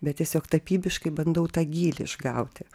bet tiesiog tapybiškai bandau tą gylį išgauti